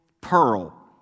pearl